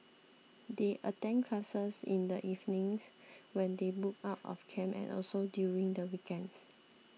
they attend classes in the evenings when they book out of camp and also during the weekends